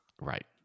Right